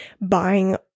buying